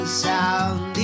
sound